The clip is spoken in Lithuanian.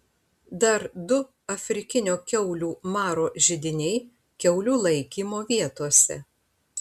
dar du afrikinio kiaulių maro židiniai kiaulių laikymo vietose